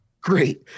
Great